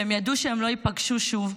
והן ידעו שהן לא ייפגשו שוב.